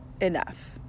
enough